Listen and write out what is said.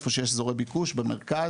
איפה שיש אזורי ביקוש במרכז.